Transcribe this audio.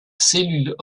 cellule